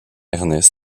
ernest